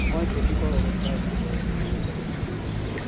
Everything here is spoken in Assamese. মই ট্ৰেফিকৰ অৱস্থাৰ বিষয়ে জানিব বিচাৰিম